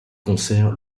concerts